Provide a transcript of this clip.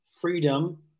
freedom